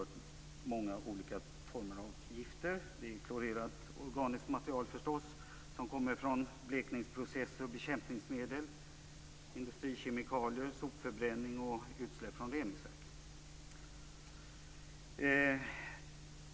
Det är förstås fråga om allt ifrån klorerat organiskt material, som kommer från blekningsprocesser och bekämpningsmedel, till industrikemikalier, material från sopförbränning och utsläpp från reningsverk.